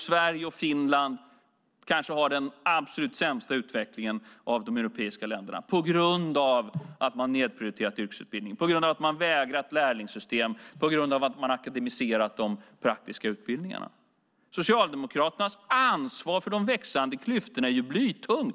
Sverige och Finland har den kanske absolut sämsta utvecklingen av de europeiska länderna på grund av att man nedprioriterat yrkesutbildningen, på grund av att man vägrat lärlingssystem, på grund av att man akademiserat de praktiska utbildningarna. Socialdemokraternas ansvar för de växande klyftorna är blytungt.